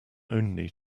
only